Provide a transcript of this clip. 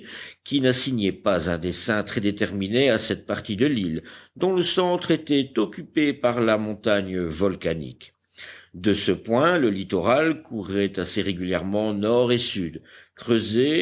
qui n'assignait pas un dessin très déterminé à cette partie de l'île dont le centre était occupé par la montagne volcanique de ce point le littoral courait assez régulièrement nord et sud creusé